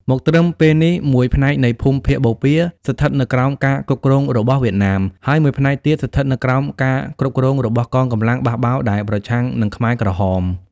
មកត្រឹមពេលនេះ មួយផ្នែកនៃភូមិភាគបូព៌ាស្ថិតនៅក្រោមការគ្រប់គ្រងរបស់វៀតណាម ហើយមួយផ្នែកទៀតស្ថិតនៅក្រោមការគ្រប់គ្រងរបស់កងកម្លាំងបះបោរដែលប្រឆាំងនឹងខ្មែរក្រហម។